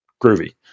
groovy